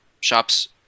shops